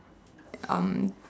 um